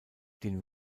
den